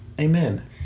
Amen